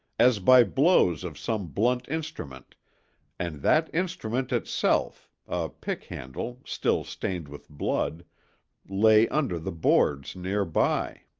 as by blows of some blunt instrument and that instrument itself a pick-handle, still stained with blood lay under the boards near by.